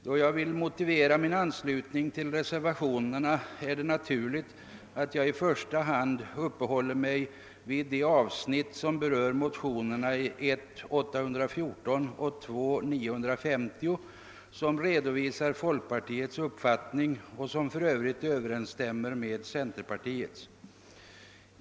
Då jag vill motivera min anslutning till reservationerna är det naturligt att jag i första hand uppehåller mig vid de avsnitt som berör motionerna I: 814 och II: 950, som redovisar folkpartiets uppfattning, vilken för övrigt överensstämmer med centerpartiets.